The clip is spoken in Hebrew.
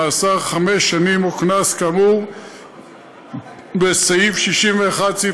מאסר חמש שנים או קנס כאמור בסעיף 61(א)(4),